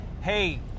Hey